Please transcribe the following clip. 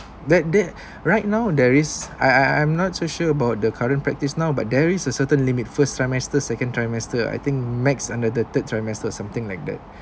that they right now there is I I I'm not so sure about the current practice now but there is a certain limit first trimester second trimester I think max under the third trimester or something like that